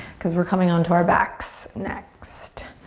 cause we're coming onto our backs next.